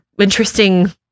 interesting